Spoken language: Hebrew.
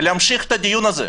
להמשיך את הדיון הזה.